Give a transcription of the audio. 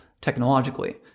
technologically